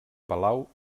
palau